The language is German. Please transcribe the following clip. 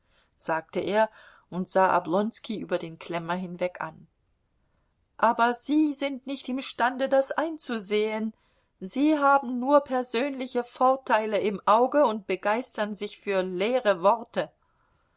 sagte er und sah oblonski über den klemmer hinweg an aber sie sind nicht imstande das einzusehen sie haben nur persönliche vorteile im auge und begeistern sich für leere worte